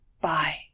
Bye